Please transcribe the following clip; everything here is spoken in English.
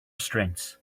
strengths